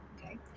Okay